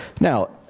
Now